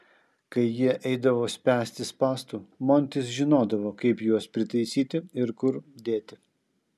kai jie eidavo spęsti spąstų montis žinodavo kaip juos pritaisyti ir kur dėti